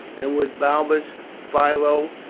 and with balbus, philo,